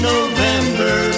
November